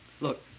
Look